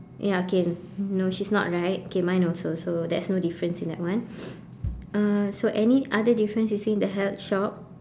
ya okay no she's not right okay mine also so there's no difference in that one uh so any other difference you see in the health shop